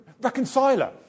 Reconciler